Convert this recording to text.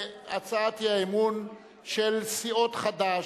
להצעת האי-אמון של סיעות חד"ש,